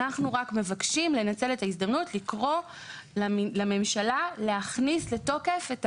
אנחנו רק מבקשים לנצל את ההזדמנות לקרוא לממשלה להכניס לתוקף,